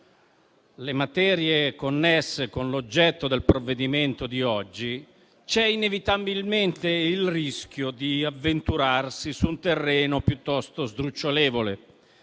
le materie connesse con l'oggetto del provvedimento di oggi, si corre inevitabilmente il rischio di avventurarsi su un terreno piuttosto sdrucciolevole,